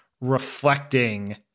reflecting